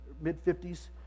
mid-50s